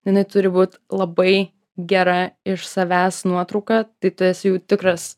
jinai turi būt labai gera iš savęs nuotrauka tai tu esi jau tikras